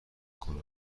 کنن